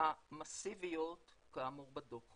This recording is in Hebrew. כ"ב בחשוון